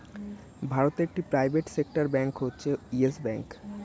ভারতে একটি private sector bank হচ্ছে ইয়েস ব্যাঙ্ক